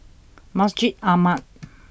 Masjid Ahmad